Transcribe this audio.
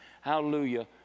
Hallelujah